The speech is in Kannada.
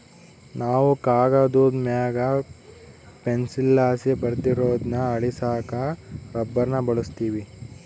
ನಾವು ಕಾಗದುದ್ ಮ್ಯಾಗ ಪೆನ್ಸಿಲ್ಲಾಸಿ ಬರ್ದಿರೋದ್ನ ಅಳಿಸಾಕ ರಬ್ಬರ್ನ ಬಳುಸ್ತೀವಿ